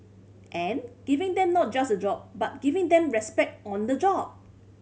and giving them not just a job but giving them respect on the job